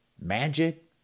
Magic